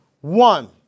One